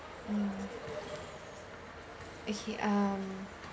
mm okay um